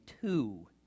two